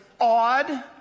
odd